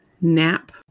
nap